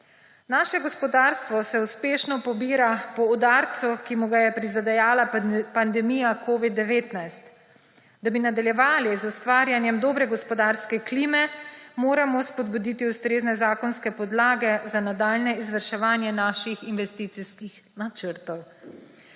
Naše gospodarstvo se uspešno pobira po udarcu, ki mu ga je prizadejala pandemija covida-19. Da bi nadaljevali z ustvarjanjem dobre gospodarske klime, moramo spodbuditi ustrezne zakonske podlage za nadaljnje izvrševanje naših investicijskih načrtov.